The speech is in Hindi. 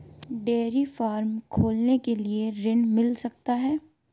डेयरी फार्म खोलने के लिए ऋण मिल सकता है?